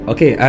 Okay